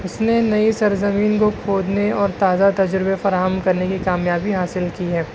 اس نے ںئی سرزمین کو کھودنے اور تازہ تجربے فراہم کرنے کی کامیابی حاصل کی ہے